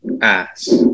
ass